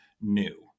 new